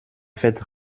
faites